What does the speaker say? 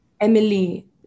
Emily